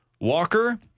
Walker